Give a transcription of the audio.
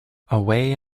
away